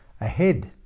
ahead